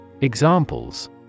Examples